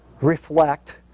reflect